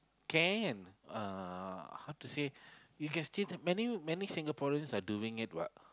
can uh how to say you can still many many Singaporeans are doing it [what]